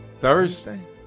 Thursday